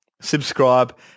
subscribe